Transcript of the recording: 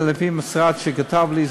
לפי מה שהמשרד כתב לי,